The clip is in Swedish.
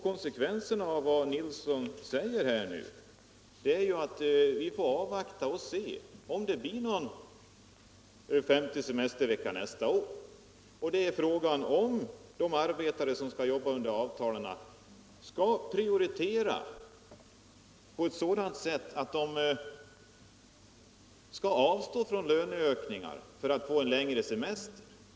Konsekvensen av vad herr Nilsson i Växjö säger är ju att vi får avvakta och se, om det blir någon femte semestervecka nästa år, och att det är fråga om att de arbetare som skall jobba under avtalen skall göra en sådan prioritering att de avstår från löneökningar för att få en längre semester.